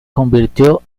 convirtió